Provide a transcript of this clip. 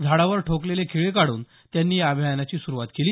झाडावर ठोकलेले खिळे काढून त्यांनी या अभियानाची सुरूवात केली